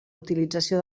utilització